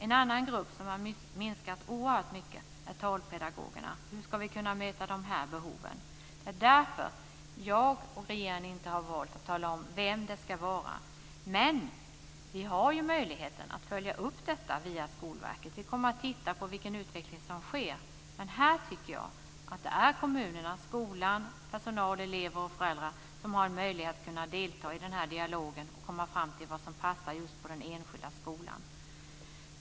En annan grupp som har minskat oerhört mycket i antal är talpedagogerna. Hur ska vi kunna möta dessa behov? Det är därför som jag och regeringen inte har valt att tala om vem det ska vara. Men vi har ju möjligheten att följa upp detta via Skolverket. Vi kommer att titta på vilken utveckling som sker. Men här tycker jag att det är kommunerna, skola, personal, elever och föräldrar som har en möjlighet att delta i denna dialog och komma fram till vad som passar just i den enskilda skolan.